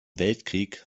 weltkrieg